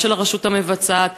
גם של הרשות המבצעת,